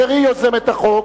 שהיא יוזמת החוק,